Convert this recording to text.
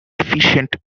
efficient